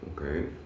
Okay